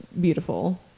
beautiful